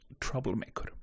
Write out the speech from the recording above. troublemaker